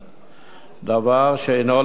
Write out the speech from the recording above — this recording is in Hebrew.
דבר שאינו לגיטימי,